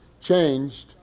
changed